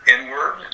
inward